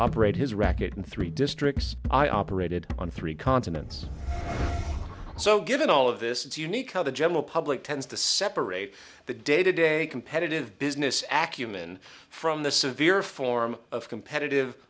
operate his racket in three districts i operated on three continents so given all of this it's unique how the general public tends to separate the day to day competitive business ach human from the severe form of competitive